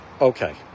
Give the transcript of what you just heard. okay